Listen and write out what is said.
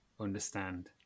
understand